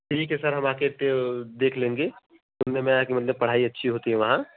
ठीक है सर हम आपके देख लेंगे सुनने में आया मतलब पढ़ाई अच्छी होती है वहाँ